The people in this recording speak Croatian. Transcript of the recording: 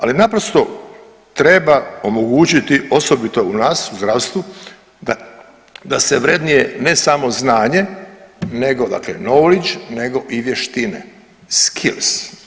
Ali naprosto treba omogućiti osobito u nas u zdravstvu da se vrednuje ne samo znanje, nego dakle knowedge nego i vještine skills.